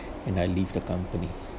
and I leave the company